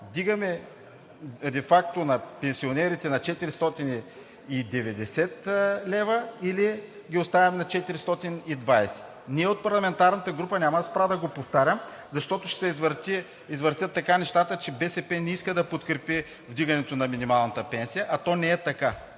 факто пенсиите на пенсионерите на 490 лв. или ги оставяме на 420 лв.? От парламентарната група няма да спрем да го повтаряме, защото ще се извъртят така нещата, че БСП не иска да подкрепи вдигането на минималната пенсия, а то не е така.